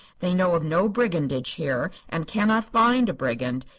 they know of no brigandage here, and cannot find a brigand.